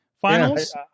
finals